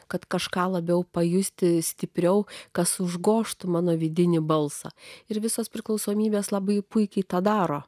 kad kažką labiau pajusti stipriau kas užgožtų mano vidinį balsą ir visos priklausomybės labai puikiai tą daro